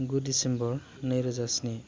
गु डिसेम्बर नैरोजा स्नि